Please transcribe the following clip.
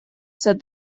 said